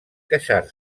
queixar